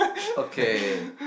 okay